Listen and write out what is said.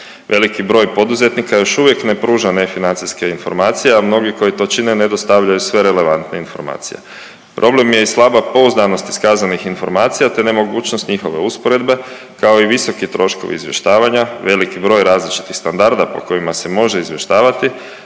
Veliki broj poduzetnika još uvijek ne pruža nefinancijske informacije, a mnogi koji to čine ne dostavljaju sve relevantne informacije. Problem je i slaba pouzdanost iskazanih informacija, te nemogućnost njihove usporedbe, kao i visoki troškovi izvještavanja, veliki broj različitih standarda po kojima se može izvještavati,